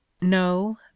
no